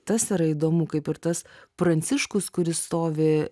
tas yra įdomu kaip ir tas pranciškus kuris stovi